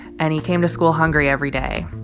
and he came to school hungry every day.